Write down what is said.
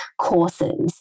courses